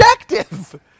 objective